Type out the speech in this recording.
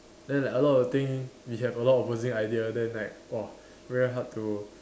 then like a lot of thing we have like a lot of opposing idea then I !wah! very hard to